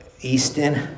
Easton